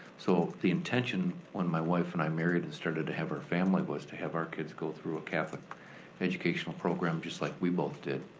so the intention, when my wife and i married, and started to have our family, was to have our kids go through a catholic educational program just like we both did.